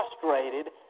frustrated